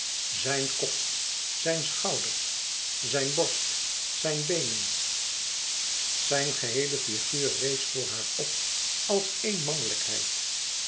zijn kop zijn schouders zijn borst zijn beenen zijn geheele figuur rees voor haar op als éene mannelijkheid